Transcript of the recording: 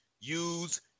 use